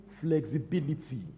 flexibility